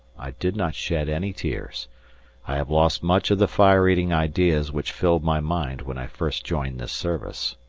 i did not shed any tears i have lost much of the fire-eating ideas which filled my mind when i first joined this service.